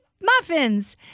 muffins